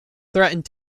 threatened